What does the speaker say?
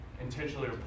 intentionally